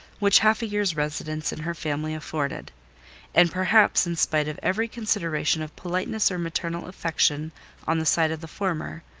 which half a year's residence in her family afforded and perhaps in spite of every consideration of politeness or maternal affection on the side of the former,